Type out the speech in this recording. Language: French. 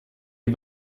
est